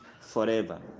forever